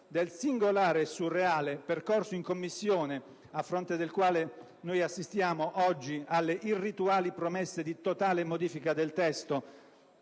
del singolare e surreale percorso in Commissione, assistiamo oggi alle irrituali promesse di totale modifica del testo